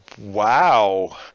Wow